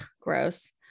gross